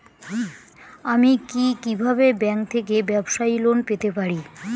আমি কি কিভাবে ব্যাংক থেকে ব্যবসায়ী লোন পেতে পারি?